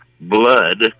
blood